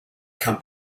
come